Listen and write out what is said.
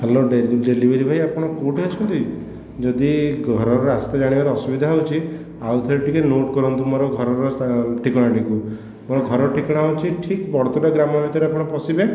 hello deli delivery ଭାଇ ଆପଣ କେଉଁଠି ଅଛନ୍ତି ଯଦି ଘରର ରାସ୍ତା ଜାଣିବାରେ ଅସୁବିଧା ହେଉଛି ଆଉ ଥରେ ଟିକିଏ ନୋଟ କରନ୍ତୁ ମୋର ଘରର ଠିକଣାଟିକୁ ମୋର ଘରର ଠିକଣା ହେଉଛି ଠିକ ବଡ଼ତଡ଼ା ଗ୍ରାମ ଭିତରେ ଆପଣ ପଶିଲେ